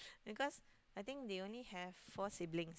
because I think they only have four siblings